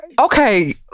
okay